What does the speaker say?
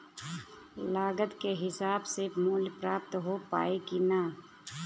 लागत के हिसाब से मूल्य प्राप्त हो पायी की ना?